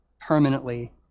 permanently